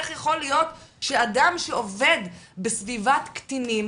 איך יכול להיות שאדם שעובד בסביבת קטינים